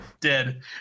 Dead